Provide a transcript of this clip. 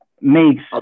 makes